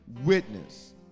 Witness